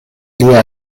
lia